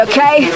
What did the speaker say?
Okay